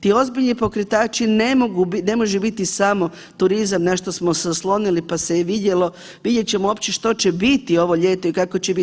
Ti ozbiljni pokretači ne može biti samo turizam na što smo se oslonili pa se je vidjelo, vidjet ćemo opće što će biti ovo ljeto i kako će biti.